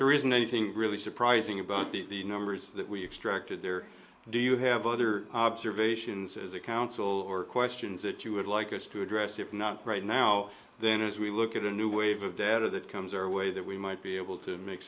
there isn't anything really surprising about the numbers that we extracted there do you have other observations as a council or questions that you would like us to address if not right now then as we look at a new wave of data that comes our way that we might be able to make